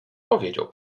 powiedział